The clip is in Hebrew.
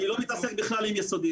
אני לא מתעסק בכלל עם יסודי,